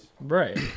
Right